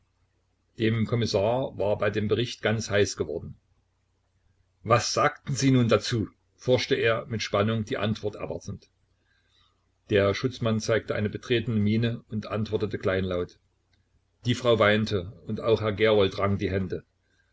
dem kommissar war bei dem bericht ganz heiß geworden was sagten sie nun dazu forschte er mit spannung die antwort erwartend der schutzmann zeigte eine betretene miene und antwortete kleinlaut die frau weinte und auch herr gerold rang die hände